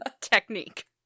Technique